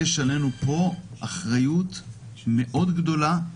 יש עלינו פה אחריות מאוד גדולה.